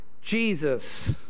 Jesus